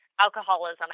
alcoholism